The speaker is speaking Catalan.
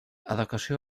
adequació